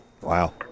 Wow